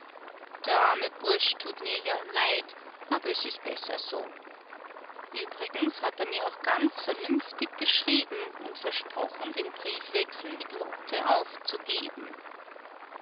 der arme bursch tut mir ja leid aber es ist besser so uebrigens hat er mir ja auch ganz vernünftig geschrieben und versprochen den briefwechsel mit lotte aufzugeben